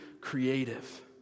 creative